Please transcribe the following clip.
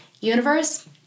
universe